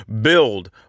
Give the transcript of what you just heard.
build